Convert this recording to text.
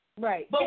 Right